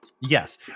yes